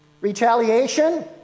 retaliation